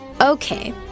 Okay